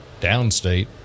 Downstate